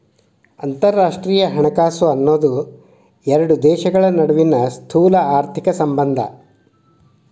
ಅಂತರರಾಷ್ಟ್ರೇಯ ಹಣಕಾಸು ಅನ್ನೋದ್ ಎರಡು ದೇಶಗಳ ನಡುವಿನ್ ಸ್ಥೂಲಆರ್ಥಿಕ ಸಂಬಂಧ